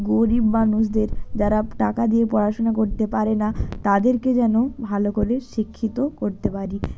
গরিব মানুষদের যারা টাকা দিয়ে পড়াশুনো করতে পারে না তাদেরকে যেন ভালো করে শিক্ষিত করতে পারি